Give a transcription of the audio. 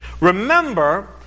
Remember